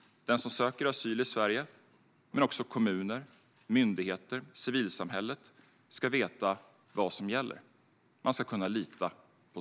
Den som söker asyl i Sverige, men också kommuner, myndigheter och civilsamhället, ska veta vad som gäller. Man ska kunna lita på Sverige.